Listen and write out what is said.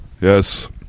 Yes